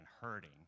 hurting